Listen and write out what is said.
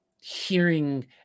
hearing